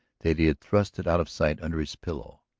that he had thrust it out of sight under his pillow.